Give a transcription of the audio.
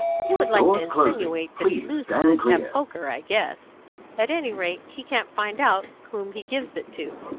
he would like to insinuate that he loses it at poker, i guess at any rate, he can't find out whom he gives it to,